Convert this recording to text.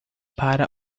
para